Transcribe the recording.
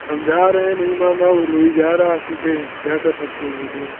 समझा रहे है नहीं मान रहा वो रोए जा रहा है सीधे क्या कर सकते हैं बोलिए